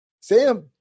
Sam